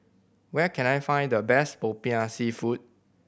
where can I find the best Popiah Seafood